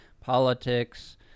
politics